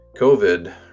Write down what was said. COVID